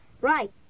Right